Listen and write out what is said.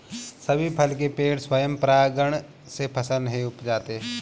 सभी फल के पेड़ स्वयं परागण से फल नहीं उपजाते